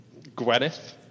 Gwyneth